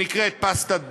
שנקראת פסטת בריאות,